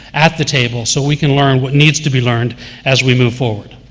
at the table, so we can learn what needs to be learned as we move forward.